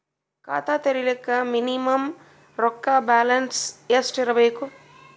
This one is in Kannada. ಖಾತಾ ತೇರಿಲಿಕ ಮಿನಿಮಮ ರೊಕ್ಕ ಬ್ಯಾಲೆನ್ಸ್ ಎಷ್ಟ ಇರಬೇಕು?